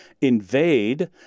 invade